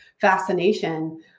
fascination